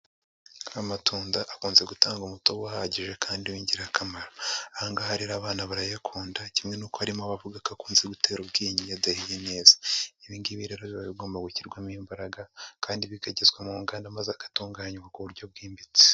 Amatunda akunze gutanga umutobe uhagije kandi w'ingirakamaro. Ahangaha rero abana barayakunda, kimwe n'uko harimo abavuga ko akunze gutera ubwenge iyo adahiye neza. Ibingibi rero biba bigomba gushyirwamo imbaraga kandi bikagezwa mu nganda maze agatunganywa ku buryo bwimbitse.